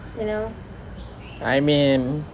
I mean